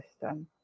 system